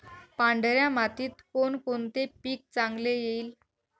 पांढऱ्या मातीत कोणकोणते पीक चांगले येईल?